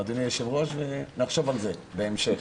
אדוני היושב-ראש, ונחשוב על זה בהמשך.